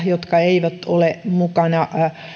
jotka eivät ole mukana